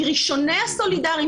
מראשוני הסולידריים,